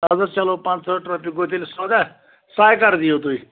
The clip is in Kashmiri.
اَدٕ حظ چَلو پانٛژٕہٲٹھ رۄپیہِ گوٚو تیٚلہِ سودا سَے کَر دِیو تُہۍ